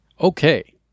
okay